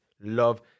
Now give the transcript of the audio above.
love